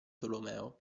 tolomeo